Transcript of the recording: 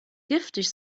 giftig